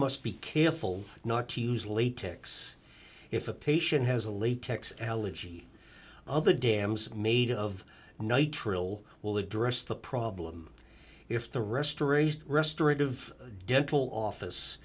must be careful not to use latex if a patient has a latex allergy other dams made of nitrile will address the problem if the restoration restaurant of dental office